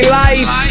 life